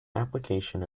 application